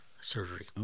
surgery